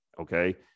Okay